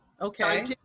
Okay